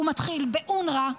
והוא מתחיל באונר"א,